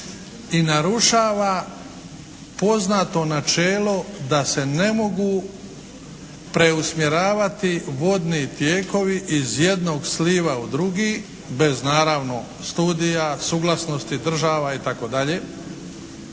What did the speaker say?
i narušava poznato načelo da se ne mogu preusmjeravati vodni tijekovi iz jednog sliva u drugi bez naravno studija, suglasnosti država itd.